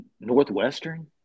Northwestern